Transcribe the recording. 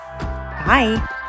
Bye